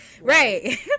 Right